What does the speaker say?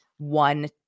one